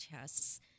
tests